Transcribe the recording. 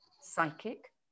psychic